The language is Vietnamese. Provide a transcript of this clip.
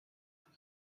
thảo